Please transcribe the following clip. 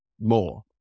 more